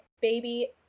baby